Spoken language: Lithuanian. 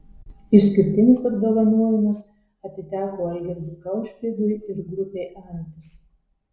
išskirtinis apdovanojimas atiteko algirdui kaušpėdui ir grupei antis